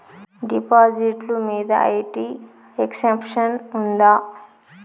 డిపాజిట్లు మీద IT exemption ఉందా?